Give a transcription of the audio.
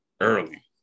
early